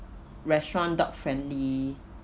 restaurant dog friendly